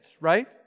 right